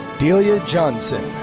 delia johnson.